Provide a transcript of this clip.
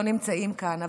לא נמצאים כאן,